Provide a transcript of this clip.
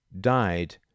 died